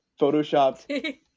photoshopped